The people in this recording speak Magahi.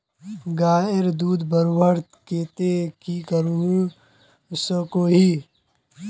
गायेर दूध बढ़वार केते की करवा सकोहो ही?